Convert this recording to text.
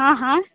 हँ हँ